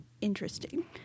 interesting